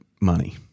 money